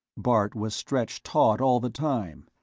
bart was stretched taut all the time,